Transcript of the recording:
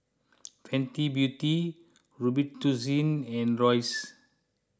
Fenty Beauty Robitussin and Royce